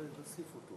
ההצעה להעביר את